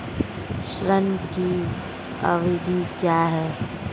ऋण की अवधि क्या है?